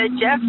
Jeff